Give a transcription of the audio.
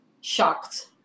shocked